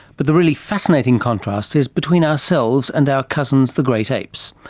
but the really fascinating contrast is between ourselves and our cousins the great apes.